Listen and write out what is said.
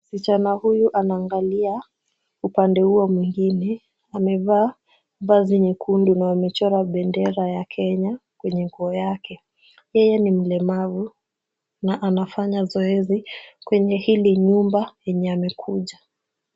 Kijana huyu anaangalia upande huo mwingine. Amevaa vazi nyekundu na wamechora bendera ya Kenya kwenye nguo yake. Yeye ni mlemavu na anafanya zoezi kwenye hili nyumba yenye amekuja.